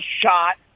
shot